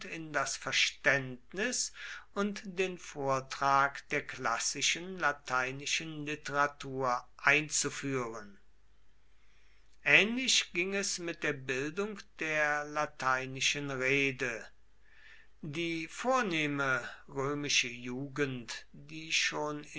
in das verständnis und den vortrag der klassischen lateinischen literatur einzuführen ähnlich ging es mit der bildung der lateinischen rede die vornehme römische jugend die schon